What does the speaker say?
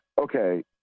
okay